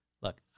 Look